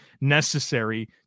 necessary